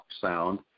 sound